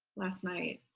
last night,